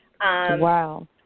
Wow